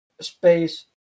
space